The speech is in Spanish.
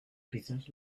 quizás